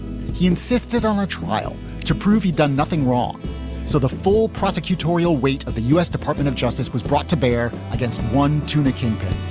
he insisted on a trial to prove he'd done nothing wrong so the full prosecutorial weight of the u s. department of justice was brought to bear against one tuna kingpin